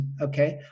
Okay